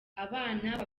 abana